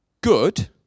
good